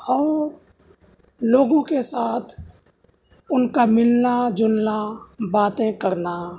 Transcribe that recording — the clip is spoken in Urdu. اور لوگوں کے ساتھ ان کا ملنا جلنا باتیں کرنا